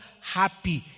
happy